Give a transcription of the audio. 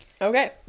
Okay